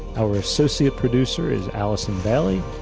our associate producer is allison bailey.